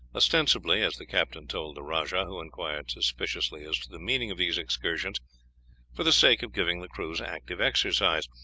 ostensibly as the captain told the rajah, who inquired suspiciously as to the meaning of these excursions for the sake of giving the crews active exercise,